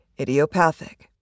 idiopathic